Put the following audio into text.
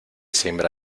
siembra